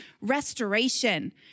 restoration